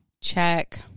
Check